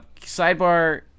Sidebar